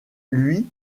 lui